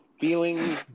feeling